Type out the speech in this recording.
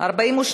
להעביר את